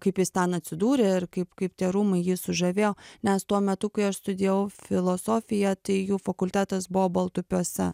kaip jis ten atsidūrė ir kaip kaip tie rūmai jį sužavėjo nes tuo metu kai aš studijavau filosofiją tai jų fakultetas buvo baltupiuose